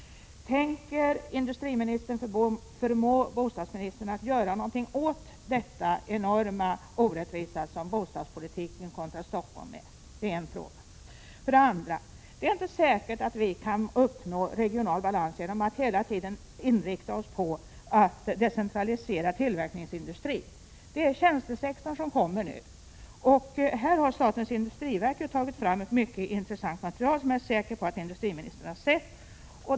Tänker industriministern förmå bostadsministern att göra något åt denna enorma orättvisa som bostadspolitiken kontra Stockholm utgör? Det är min första fråga. För det andra: Det är inte säkert att vi kan uppnå regional balans genom att hela tiden inrikta oss på att decentralisera tillverkningsindustrin. Det är tjänstesektorn som kommer nu. Här har statens industriverk tagit fram ett mycket intressant material som jag är säker på att industriministern har sett.